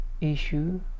issue